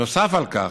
נוסף על כך,